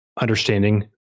understanding